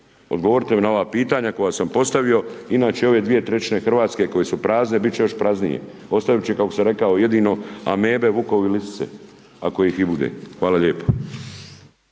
Odgovorite mi na ova pitanja koja sam postavio, inače ove 2/3 Hrvatske koje su prazne, bit će još praznije. Ostat će jedino kako sam rekao, amebe, vukovi i lisice, ako ih i bude. Hvala lijepo.